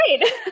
great